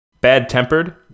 Bad-tempered